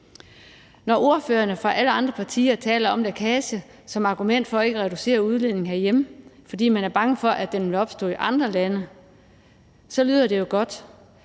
partier taler om lækage som argument for ikke at reducere udledningen herhjemme, fordi man er bange for, at den vil opstå i andre lande, lyder det jo godt